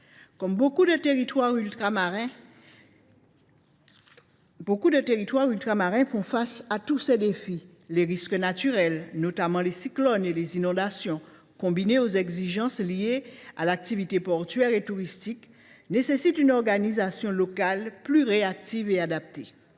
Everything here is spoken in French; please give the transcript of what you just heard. Beaucoup de territoires ultramarins font face à tous ces défis. Les risques naturels, notamment les cyclones et les inondations, combinés aux exigences liées à l’activité portuaire et touristique, appellent une organisation locale plus réactive et adaptée.